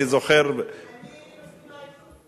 אני זוכר, אני מסכימה אתך.